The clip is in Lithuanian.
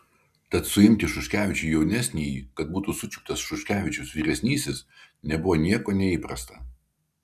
tad suimti šuškevičių jaunesnįjį kad būtų sučiuptas šuškevičius vyresnysis nebuvo nieko neįprasta